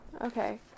Okay